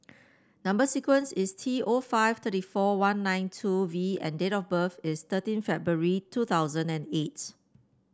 number sequence is T O five three four one nine two V and date of birth is thirteen February two thousand and eight